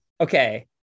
Okay